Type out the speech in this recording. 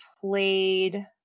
played